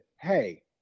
Hey